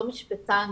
לא משפטן,